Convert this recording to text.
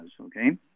Okay